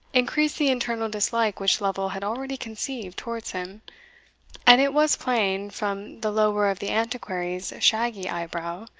increased the internal dislike which lovel had already conceived towards him and it was plain, from the lower of the antiquary's shaggy eye-brow,